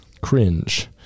Cringe